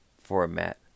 format